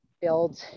build